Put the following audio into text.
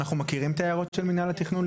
אנחנו מכירים את הערות של מינהל התכנון,